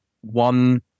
one